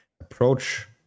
approach